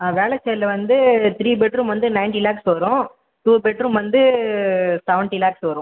ஆ வேளச்சேரியில் வந்து three bed room வந்து நைன்ட்டி லேக்ஸ் வரும் டூ பெட் ரூம் வந்து செவன்ட்டி லேக்ஸ் வரும்